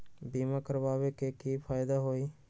बीमा करबाबे के कि कि फायदा हई?